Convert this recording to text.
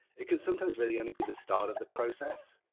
it can sometimes really only be the start of the process,